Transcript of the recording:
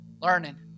learning